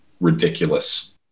ridiculous